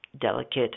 delicate